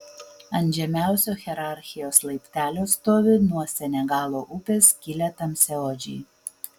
ant žemiausio hierarchijos laiptelio stovi nuo senegalo upės kilę tamsiaodžiai